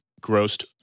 grossed